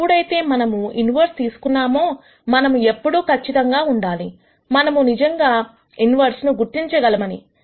ఎప్పుడైతే మనము ఇన్వెర్సెస్ తీసుకున్నామో మనము ఎప్పుడూ ఖచ్చితంగా ఉండాలి మనము నిజంగా ఇన్వెర్సెస్ ను గుర్తించగల మని